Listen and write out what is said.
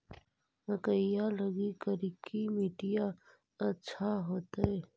मकईया लगी करिकी मिट्टियां अच्छा होतई